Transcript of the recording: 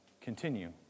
continue